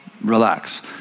relax